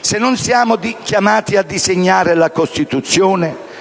Se non siamo chiamati a disegnare la Costituzione,